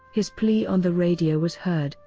his plea on the radio was heard,